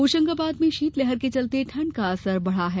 होशंगाबाद में शीतलहर के चलते ठंड का असर बढ़ा है